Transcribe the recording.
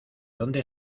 dónde